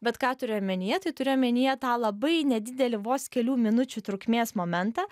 bet ką turiu omenyje tai turiu omenyje tą labai nedidelį vos kelių minučių trukmės momentą